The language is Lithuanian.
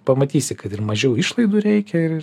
pamatysi kad ir mažiau išlaidų reikia ir ir